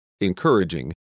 encouraging